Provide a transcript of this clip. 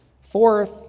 fourth